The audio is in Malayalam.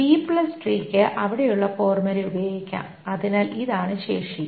ബി ട്രീക്ക് B tree അവിടെയുള്ള ഫോർമുല ഉപയോഗിക്കാം അതിനാൽ ഇതാണ് ശേഷി